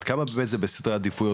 עד כמה בסדרי עדיפויות,